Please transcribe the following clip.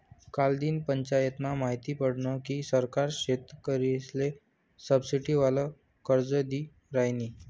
कालदिन पंचायतमा माहिती पडनं की सरकार शेतकरीसले सबसिडीवालं कर्ज दी रायनी